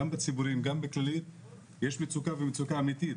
גם בציבוריים וגם בכללית יש מצוקה ומצוקה אמיתית.